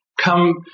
Come